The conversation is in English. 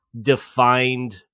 defined